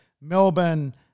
Melbourne